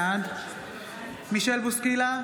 בעד מישל בוסקילה,